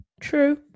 true